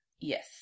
Yes